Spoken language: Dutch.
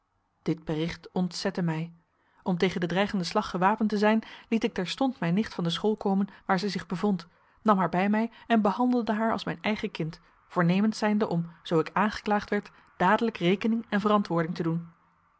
dit bericht ontzette mij om tegen den dreigenden slag gewapend te zijn liet ik terstond mijn nicht van de school komen waar zij zich bevond nam haar bij mij en behandelde haar als mijn eigen kind voornemens zijnde om zoo ik aangeklaagd werd dadelijk rekening en verantwoording te doen